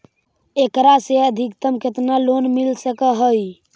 एकरा से अधिकतम केतना लोन मिल सक हइ?